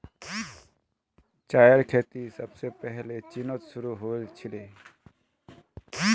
चायेर खेती सबसे पहले चीनत शुरू हल छीले